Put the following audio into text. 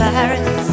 Paris